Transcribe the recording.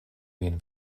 vin